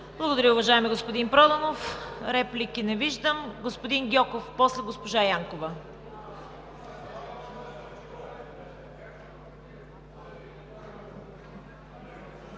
Благодаря, уважаеми господин Проданов. Реплики? Не виждам. Господин Гьоков, после госпожа Янкова.